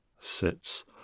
sits